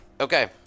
Okay